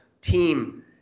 team